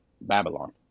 Babylon